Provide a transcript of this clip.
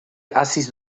haziz